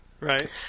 Right